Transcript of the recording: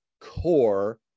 core